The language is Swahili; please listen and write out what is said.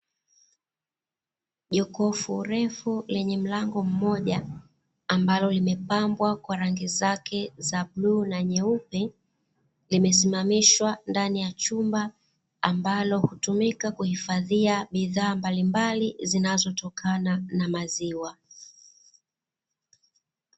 Jokofu refu lenye mlango mmoja, amablo limepambwa kwa rangi zake za bluu na nyeupe. Limesimamishwa ndani ya chumba, ambalo hutumika kuhifadhia bidhaa mbalimbali zinazotokana na maziwa.